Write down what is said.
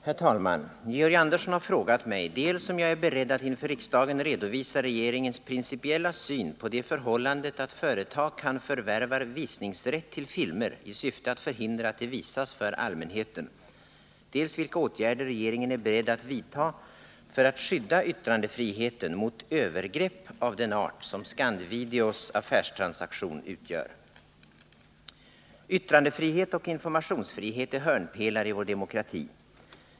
Herr talman! Georg Andersson har frågat mig dels om jag är beredd att inför riksdagen redovisa regeringens principiella syn på det förhållandet att företag kan förvärva visningsrätt till filmer i syfte att förhindra att de visas för allmänheten, dels vilka åtgärder regeringen är beredd att vidta för att skydda yttrandefriheten mot övergrepp av den art som Scand-Videos affärstransaktion utgör. Yttrandefrihet och informationsfrihet är hörnpelare i vår demokrati.